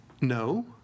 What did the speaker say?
No